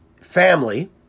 family